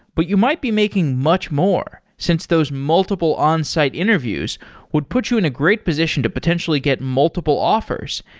but you might be making much more since those multiple onsite interviews would put you in a great position to potentially get multiple offers,